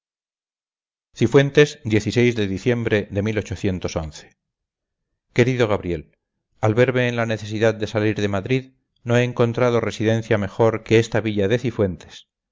copio cifuentes de diciembre de querido gabriel al verme en la necesidad de salir de madrid no he encontrado residencia mejor que esta villa de cifuentes